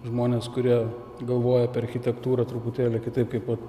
žmonės kurie galvoja apie architektūrą truputėlį kitaip kaip vat